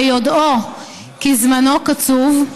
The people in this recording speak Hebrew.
ביודעו כי זמנו קצוב,